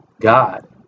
God